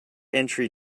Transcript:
entry